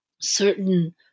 certain